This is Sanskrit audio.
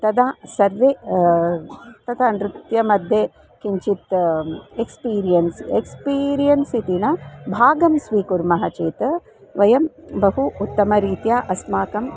तदा सर्वे तदा नृत्यमध्ये किञ्चित् एक्स्पीरियन्स् एक्स्पीरियन्स् इति न भागं स्वीकुर्मः चेत् वयं बहु उत्तमरीत्या अस्माकम्